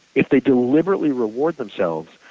if they deliberately reward themselves,